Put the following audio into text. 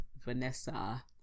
Vanessa